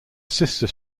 sister